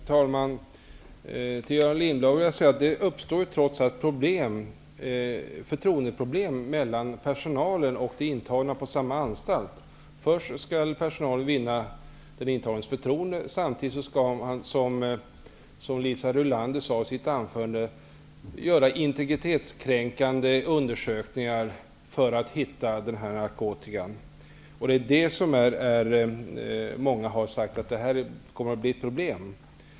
Herr talman! Jag vill till Göran Lindblad säga att det trots allt uppstår problem med förtroendet mellan personalen och de intagna på samma anstalt. Först skall personalen vinna den intagnes förtroende. Samtidigt skall den, som Liisa Rulander sade i sitt anförande, göra integritetskränkande undersökningar för att hitta narkotika. Många har sagt att detta kommer att bli ett problem.